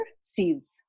sees